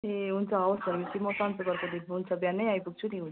ए हुन्छ हवस् भनेपछि म सन्चवारको दिन हुन्छ बिहानै आइपुग्छु नि हुन्छ